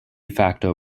facto